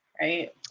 right